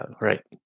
right